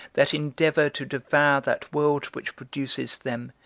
that endeavour to devour that world which produces them,